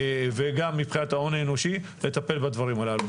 גם מבחינת ההון האנושי, לטפל בדברים הללו.